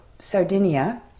Sardinia